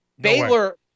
Baylor